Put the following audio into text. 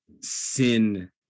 sin